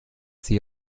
sie